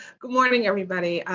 good morning, everybody.